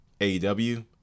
AEW